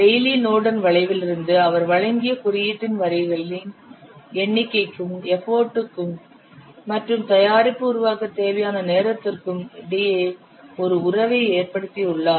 Rayleigh Norden வளைவிலிருந்து அவர் வழங்கிய குறியீட்டின் வரிகளின் எண்ணிக்கைக்கும் எபோடிற்கும் மற்றும் தயாரிப்பு உருவாக்கத் தேவையான நேரத்திற்கும் இடையே ஒரு உறவை ஏற்படுத்தியுள்ளார்